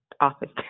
office